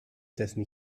dessen